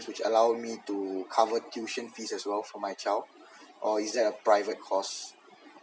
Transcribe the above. which allow me to cover tuition fees as well for my child or is there a private course